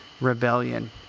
rebellion